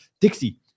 dixie